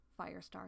Firestar